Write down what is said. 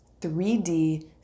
3D